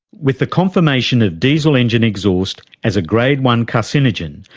with the confirmation of diesel engine exhaust as a grade one carcinogen,